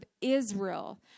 Israel